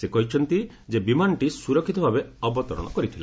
ସେ କହିଛନ୍ତି ଯେ ବିମାନଟି ସୁରକ୍ଷିତ ଭାବେ ଅବତରଣ କରିଥିଲା